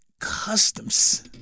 customs